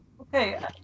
okay